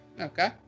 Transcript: Okay